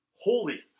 Holy